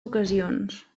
ocasions